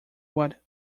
what